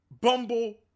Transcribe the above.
Bumble